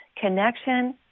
Connection